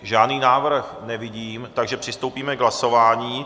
Žádný návrh nevidím, takže přistoupíme k hlasování.